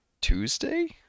Tuesday